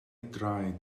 draed